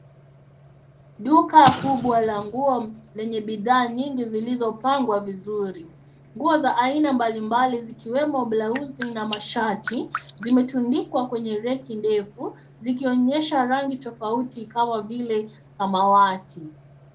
Duka kubwa la nguo lenye bidhaa nyingi zilizopangwa vizuri. Nguo za aina mbalimbali zikiwemo blausi na mashati, zimetundikwa kwenye reki ndefu zikionyesha rangi tofauti kama vile samawati.